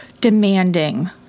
demanding